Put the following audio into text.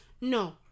No